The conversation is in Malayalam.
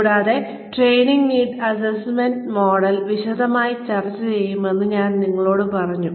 കൂടാതെ ട്രെയിനിങ് നീഡ്സ് അസ്സെസ്സ്മെന്റ് മോഡൽ വിശദമായി ചർച്ച ചെയ്യുമെന്ന് ഞാൻ നിങ്ങളോട് പറഞ്ഞു